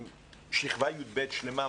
עם שכבת י"ב שלמה,